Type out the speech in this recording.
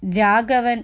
Raghavan